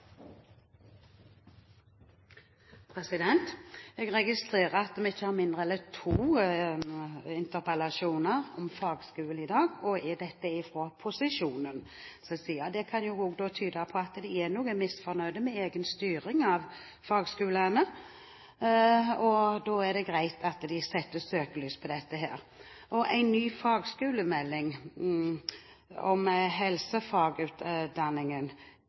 Jeg registrerer at vi har ikke mindre enn to interpellasjoner om fagskoler i dag, og disse er fra posisjonen. Det kan jo tyde på at de er litt misfornøyde med egen styring av fagskolene. Da er det greit at de setter søkelys på dette. En ny fagskolemelding om